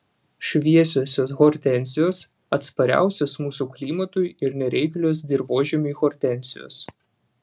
šviesiosios hortenzijos atspariausios mūsų klimatui ir nereiklios dirvožemiui hortenzijos